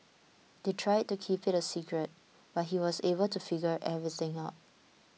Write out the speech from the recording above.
they tried to keep it a secret but he was able to figure everything out